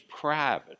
private